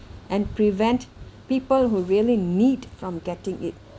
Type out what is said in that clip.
and prevent people who really need from getting it